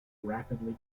rapidly